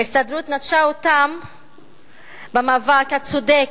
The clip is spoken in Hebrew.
ההסתדרות נטשה אותם במאבקם הצודק,